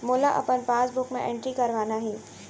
मोला अपन पासबुक म एंट्री करवाना हे?